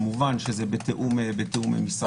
כמובן שזה בתיאום עם משרד המשפטים.